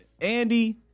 Andy